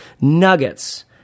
nuggets